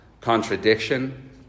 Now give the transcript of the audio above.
contradiction